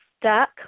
stuck